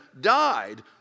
died